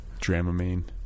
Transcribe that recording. dramamine